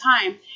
time